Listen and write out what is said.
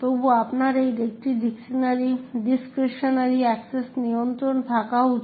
তবুও আপনার একটি ডিসক্রিশনারি অ্যাক্সেস নিয়ন্ত্রণ থাকা উচিত